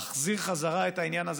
להחזיר חזרה את העניין הזה,